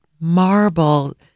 marble